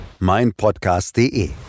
meinpodcast.de